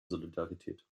solidarität